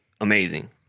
amazing